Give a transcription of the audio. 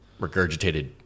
regurgitated